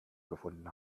gefunden